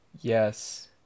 yes